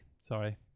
sorry